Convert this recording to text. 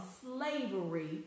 slavery